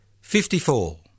fifty-four